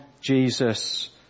Jesus